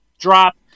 drop